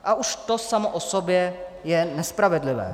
A už to samo o sobě je nespravedlivé.